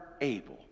able